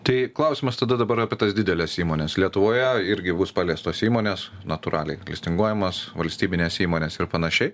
tai klausimas tada dabar apie tas dideles įmones lietuvoje irgi bus paliestos įmonės natūraliai listinguojamos valstybinės įmonės ir panašiai